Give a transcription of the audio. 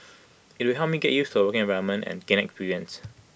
IT will help me get used to A working environment and gain experience